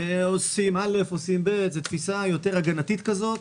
עושים א' עושים ב', תפיסה יותר הגנתית כזאת.